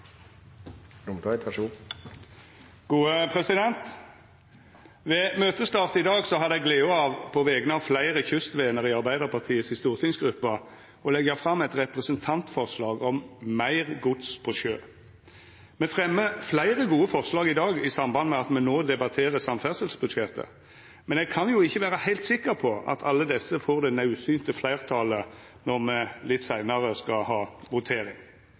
fremjar fleire gode forslag i dag i samband med at me no debatterer samferdselsbudsjettet, men eg kan jo ikkje vera heilt sikker på at alle desse får det naudsynte fleirtalet når me litt seinare skal ha votering.